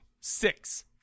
Six